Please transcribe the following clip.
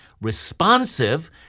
responsive